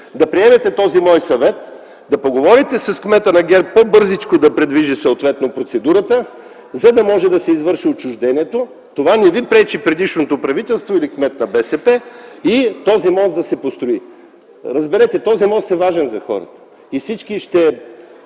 да приемете този мой съвет, да поговорите с кмета на ГЕРБ по-бързо да придвижи процедурата, за да може да се извърши отчуждението – за това не ви пречи предишното правителство или кмет на БСП – и този мост да се построи. Разберете, този мост е важен за хората и всички ще